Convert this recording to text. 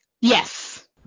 Yes